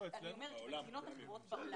במדינות אחרות בעולם.